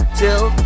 till